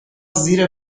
زیر